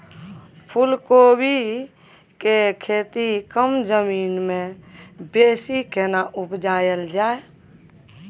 फूलकोबी के खेती कम जमीन मे बेसी केना उपजायल जाय?